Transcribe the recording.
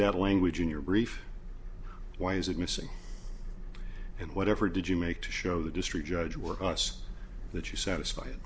that language in your brief why is it missing and whatever did you make to show the district judge work us that you satisfied